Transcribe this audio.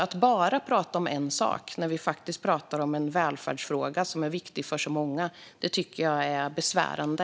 Att bara prata om en sak, när vi pratar om en välfärdsfråga som är viktig för många, är besvärande.